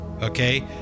okay